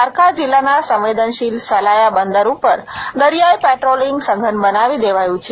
દ્વારકા જિલ્લાના સંવેદનશીલ સલાયા બંદર ઉપર દરિયાઇ પેટ્રોલીંગ સઘન બનાવી દેવાયું છે